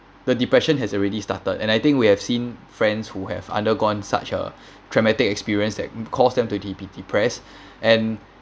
the depression has already started and I think we have seen friends who have undergone such a traumatic experience that caused them to de~ be depressed and